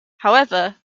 however